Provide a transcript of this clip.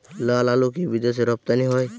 লালআলু কি বিদেশে রপ্তানি হয়?